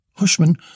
Hushman